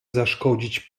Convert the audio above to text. zaszkodzić